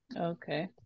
Okay